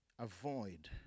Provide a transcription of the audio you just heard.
Avoid